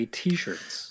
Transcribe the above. t-shirts